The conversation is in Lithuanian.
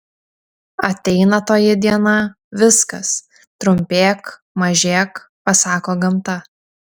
ateina toji diena viskas trumpėk mažėk pasako gamta